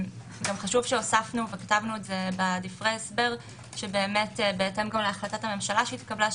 כתבנו בדברי ההסבר שבהתאם להחלטת הממשלה שהתקבלה,